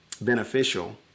beneficial